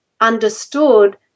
understood